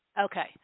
Okay